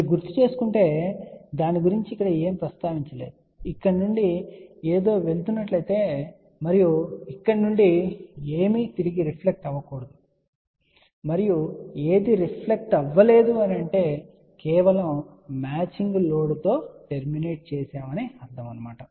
మీరు గుర్తుచేసుకుంటే దాని గురించి ఏమీ ప్రస్తావించలేదు ఇక్కడ నుండి ఏదో వెళుతున్నట్లయితే మరియు ఇక్కడి నుండి ఏమీ తిరిగి రిఫ్లెక్ట్ అవ్వకూడదు మరియు ఏది రిఫ్లెక్ట్ అవ్వలేదు అంటే కేవలం మ్యాచింగ్ లోడుతో టర్మినేట్ చేసాము అని అర్థం సరే